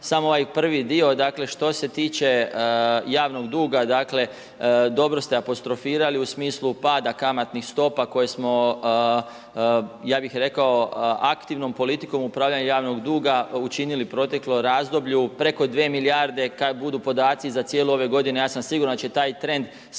Samo ovaj prvi dio, dakle, što se tiče javnog duga, dakle, dobro ste apostrofirali u smislu pada kamatnih stopa, koje smo ja bih rekao, aktivnom politikom upravljanja javnog duga učinili u proteklom razdoblju, preko 2 milijarde, kada budu podaci za cijelu ovu godinu, ja sam siguran da će taj trend